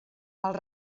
els